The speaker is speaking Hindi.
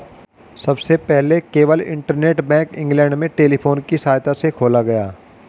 सबसे पहले केवल इंटरनेट बैंक इंग्लैंड में टेलीफोन की सहायता से खोला गया